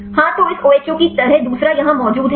हाँ तो इस OHO की तरह दूसरा यहाँ मौजूद है